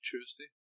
Tuesday